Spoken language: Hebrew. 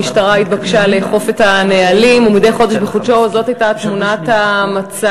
המשטרה התבקשה לאכוף את הנהלים ומדי חודש בחודשו זאת הייתה תמונת המצב.